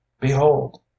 behold